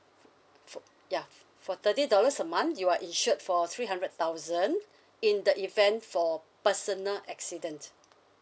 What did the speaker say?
fo~ ya for thirty dollars a month you are insured for three hundred thousand in the event for personal accident